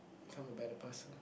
become a better person